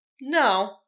no